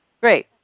Great